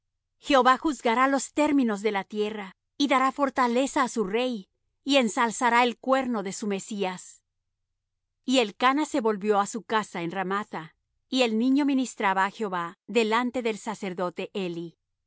jehová juzgará los términos de la tierra y dará fortaleza á su rey y ensalzará el cuerno de su mesías y elcana se volvió á su casa en ramatha y el niño ministraba á jehová delante del sacerdote eli mas